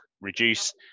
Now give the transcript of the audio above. reduce